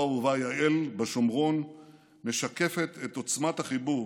האהובה יעל בשומרון משקפת את עוצמת החיבור